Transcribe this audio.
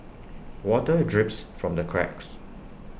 water drips from the cracks